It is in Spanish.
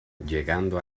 llegando